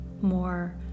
more